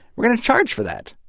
we're going to charge for that.